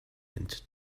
mint